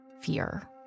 fear